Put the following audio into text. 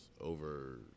over